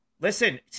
Listen